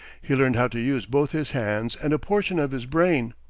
he learned how to use both his hands and a portion of his brain.